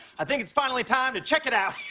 i think it is finally time to check it out.